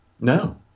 no